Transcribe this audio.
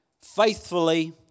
faithfully